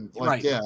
Right